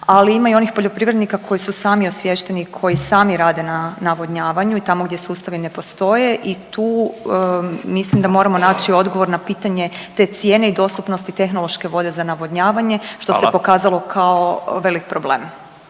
ali ima i onih poljoprivrednika koji su sami osviješteni i koji sami rade na navodnjavanju i tamo gdje sustavi ne postoje i tu mislim da moramo naći odgovor na pitanje te cijene i dostupnosti tehnološke vode za navodnjavanje …/Upadica: Hvala./… što se pokazalo kao velik problem.